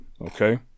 Okay